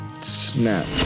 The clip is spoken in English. Snap